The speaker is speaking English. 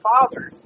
father